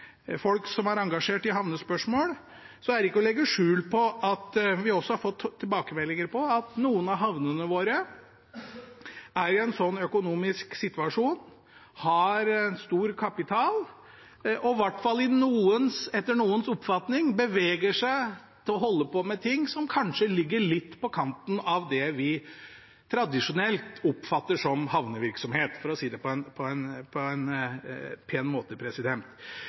folk som er engasjert i havnespørsmål, på at noen av havnene våre er i en økonomisk situasjon med stor kapital, og at de – i hvert fall etter noens oppfatning – beveger seg til å holde på med ting som kanskje ligger litt på kanten av det vi tradisjonelt oppfatter som havnevirksomhet, for å si det på en pen måte.